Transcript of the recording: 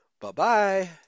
Bye-bye